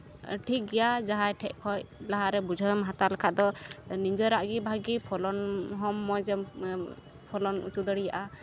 ᱴᱷᱤᱠ ᱜᱮᱭᱟ ᱡᱟᱦᱟᱸᱭ ᱴᱷᱮᱡ ᱠᱷᱚᱡ ᱞᱟᱦᱟᱨᱮ ᱵᱩᱡᱷᱟᱹᱣᱮᱢ ᱦᱟᱛᱟᱣ ᱞᱮᱠᱷᱟᱱ ᱫᱚ ᱱᱤᱡᱮᱨᱟᱜ ᱦᱚᱸ ᱵᱷᱟᱹᱜᱤ ᱯᱷᱚᱞᱚᱱ ᱦᱚᱸ ᱢᱚᱡᱽ ᱮᱢ ᱯᱷᱚᱞᱚᱱ ᱦᱚᱪᱚ ᱫᱟᱲᱮᱭᱟᱜᱼᱟ